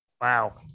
Wow